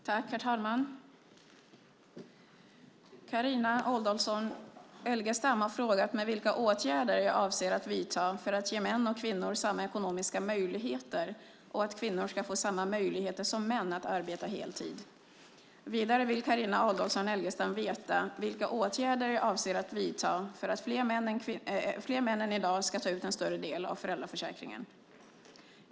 Herr talman! Carina Adolfsson Elgestam har frågat mig vilka åtgärder jag avser att vidta för att ge män och kvinnor samma ekonomiska möjligheter och att kvinnor ska få samma möjligheter som män att arbeta heltid. Vidare vill Carina Adolfsson Elgestam veta vilka åtgärder jag avser att vidta för att fler män än i dag ska ta ut en större del av föräldraförsäkringen.